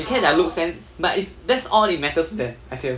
they care their looks then but is that's all it matters to them I feel